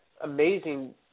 amazing